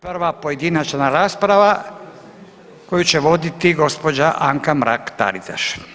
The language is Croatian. prva pojedinačna rasprava koju će voditi gospođa Anka Mrak Taritaš.